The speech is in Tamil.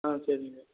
ஆ சரிங்க